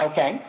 Okay